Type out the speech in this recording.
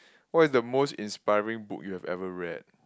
what is the most inspiring book you had ever read